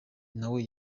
nawe